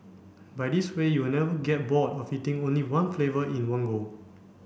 by this way you will never get bored of eating only one flavour in one go